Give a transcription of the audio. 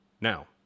Now